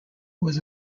was